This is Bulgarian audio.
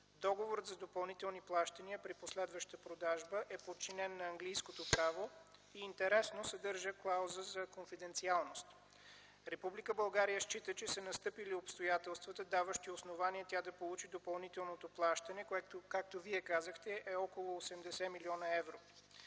Договорът за допълнителни плащания при последваща продажба е подчинен на английското право и интересно – съдържа клауза за конфиденциалност. Република България счита, че са настъпили обстоятелствата, даващи основание тя да получи допълнителното плащане, което, както Вие казахте, е около 80 млн. евро,